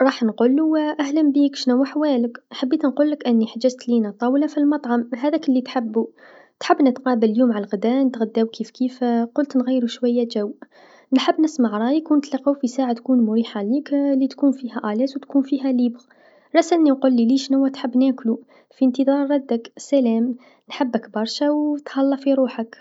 راح نقولو أهلا بيك شنوا حوالك، حبيت نقولك أني حجزت لينا طاوله في المطعم هذاك لتحبو، تحب نتقابل اليوم على الغذا نتغداو كيف كيف، قلت نغيرو شويا جو، نحب نسمع رايك و نتلاقو في ساعه تكون مريحه ليك لتكون فيها مرتاح و تكون فيها فاضي، راسلني و قولي لشنوا تحب ناكلو في انتظار ردك السلام، نحبك برشا و تهلى في روحك.